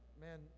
Man